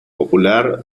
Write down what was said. popular